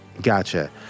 Gotcha